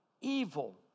evil